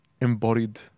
embodied